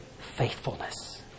faithfulness